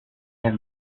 have